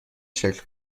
شکل